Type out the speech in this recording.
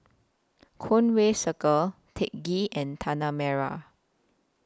Conway Circle Teck Ghee and Tanah Merah